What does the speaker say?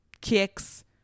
kicks